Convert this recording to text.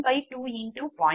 1868